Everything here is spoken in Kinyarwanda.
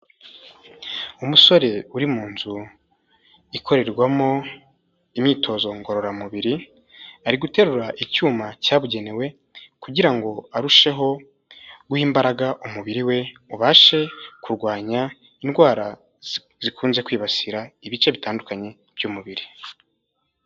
Umusore uri mu nzu ikorerwamo imyitozo ngororamubiri, ari guterura icyuma cyabugenewe kugira ngo arusheho guha imbaraga umubiri we, ubashe kurwanya indwara zikunze kwibasira ibice bitandukanye by'umubiri.